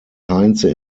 heinze